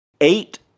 eight